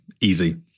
easy